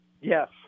Yes